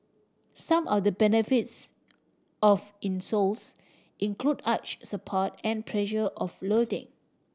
some or the benefits of insoles include arch support and pressure offloading